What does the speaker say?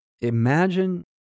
Imagine